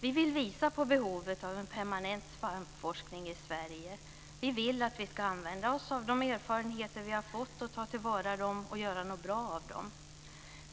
Vi vill visa på behovet av en permanent svampforskning i Sverige. Vi vill att vi ska använda oss av de erfarenheter vi har fått, ta till vara dem och göra något bra av dem.